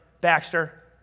Baxter